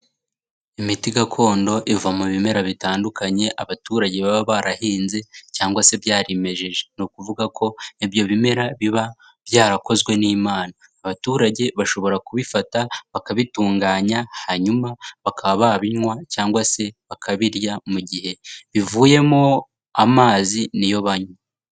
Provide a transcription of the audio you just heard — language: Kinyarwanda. Imiti gakondo iva mu bimera bitandukanye abaturage baba barahinze cyangwa se byarimejeje, ni ukuvuga ko ibyo bimera biba byarakozwe n'imana, abaturage bashobora kubifata bakabitunganya, hanyuma bakaba babinywa cyangwa se bakabirya mu gihe bivuyemo amazi ni yo banywa.